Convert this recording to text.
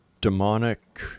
demonic